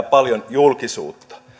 paljon julkisuutta